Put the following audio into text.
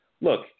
look